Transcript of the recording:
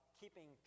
keeping